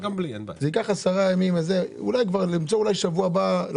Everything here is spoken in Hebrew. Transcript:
אולי ניתן לקיים דיון בשבוע הבא.